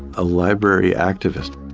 a library activist